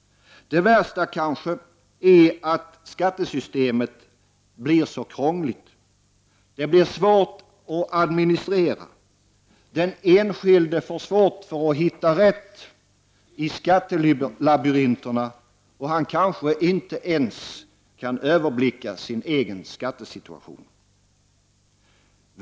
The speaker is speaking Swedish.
Det värsta är kanske att skattesystemet blir så krångligt. Det blir svårt att administrera. Den enskilde får svårt att hitta rätt i skattelabyrinterna och kan kanske inte ens överblicka sin egen skattesituation.